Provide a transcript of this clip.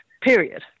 period